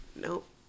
Nope